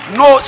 no